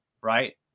right